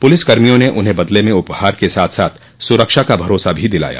police कर्मियों ने उन्हें बदले में उपहार के साथ साथ सुरक्षा का भरोसा भी दिलाया